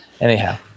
Anyhow